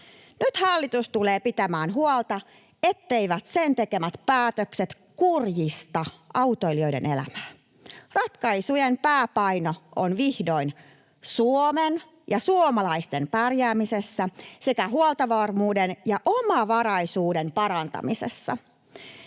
Nyt hallitus tulee pitämään huolta, etteivät sen tekemät päätökset kurjista autoilijoiden elämää. Ratkaisujen pääpaino on nyt vihdoin Suomen ja suomalaisten pärjäämisessä sekä huoltovarmuuden ja omavaraisuuden parantamisessa.